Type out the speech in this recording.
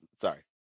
Sorry